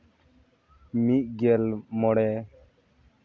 ᱢᱤᱫ ᱜᱮᱞ ᱢᱚᱬᱮ